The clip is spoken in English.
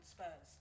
Spurs